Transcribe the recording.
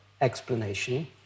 explanation